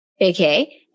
Okay